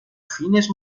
fines